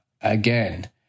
again